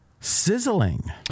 sizzling